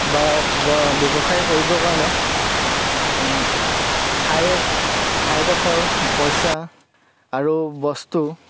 বা ব ব্যৱসায় কৰিবৰ কাৰণে ঠাই ঠাইডোখৰ পইচা আৰু বস্তু